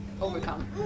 overcome